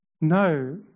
no